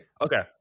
Okay